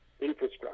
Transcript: infrastructure